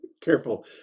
careful